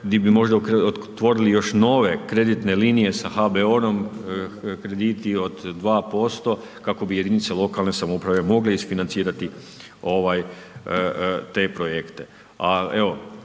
gdje bi možda otvorili još nove kreditne linije sa HBOR-om, krediti od 2%, kako bi jedinice lokalne samouprave mogle isfinancirati ovaj, te projekte.